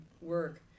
work